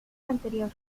anterior